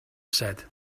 said